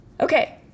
Okay